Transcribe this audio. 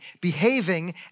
behaving